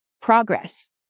progress